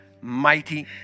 mighty